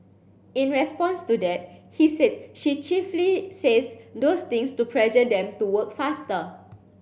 in response to that he said she chiefly says those things to pressure them to work faster